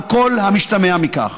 על כל המשתמע מכך.